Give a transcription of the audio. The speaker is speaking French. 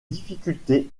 difficulté